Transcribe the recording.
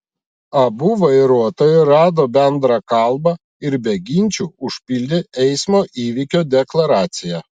abu vairuotojai rado bendrą kalbą ir be ginčų užpildė eismo įvykio deklaraciją